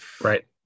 right